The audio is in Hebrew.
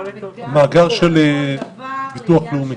כן, במאגר של ביטוח לאומי.